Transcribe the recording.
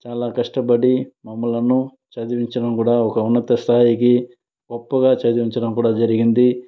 చాలా కష్టపడి మమ్మలను చదివించడం కూడ ఒక ఉన్నత స్థాయికి గొప్పగా చదివించడం కూడ జరిగింది